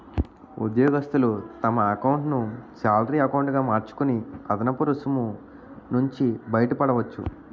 ఉద్యోగస్తులు తమ ఎకౌంటును శాలరీ ఎకౌంటు గా మార్చుకొని అదనపు రుసుము నుంచి బయటపడవచ్చు